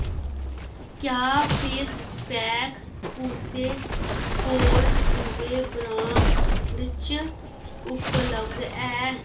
क्या face pack कुसै होर दुए ब्रांड च उपलब्ध ऐ